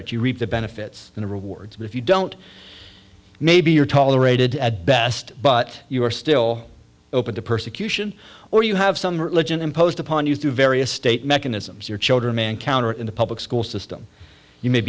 it you reap the benefits and the rewards but if you don't maybe you're tolerated at best but you are still open to persecution or you have some religion imposed upon you to various state mechanisms your children may encounter in the public school system you may